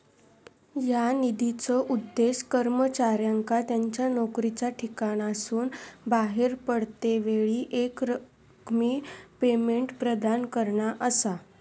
ह्या निधीचो उद्देश कर्मचाऱ्यांका त्यांच्या नोकरीच्या ठिकाणासून बाहेर पडतेवेळी एकरकमी पेमेंट प्रदान करणा असा